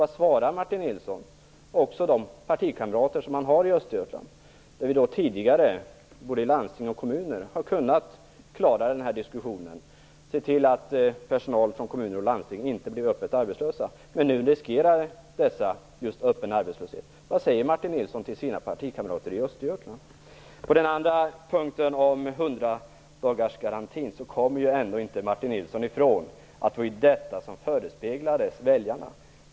Vad säger Martin Nilsson till sina partikamrater i Östergötland, där man tidigare både i landsting och i kommuner har kunnat klara diskussionen om detta och se till att personal från kommuner och landsting inte blir öppet arbetslösa? Nu riskerar de öppen arbetslöshet. På den andra punkten, om 100-dagarsgarantin, kommer Martin Nilsson ändå inte ifrån det som förespeglades väljarna.